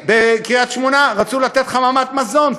בקריית-שמונה רצו לתת חממת מזון,